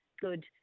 good